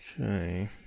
Okay